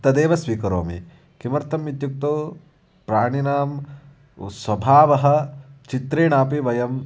तदेव स्वीकरोमि किमर्थम् इत्युक्तौ प्राणिनां स्वभावः चित्रेणापि वयं